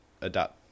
adapt